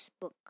book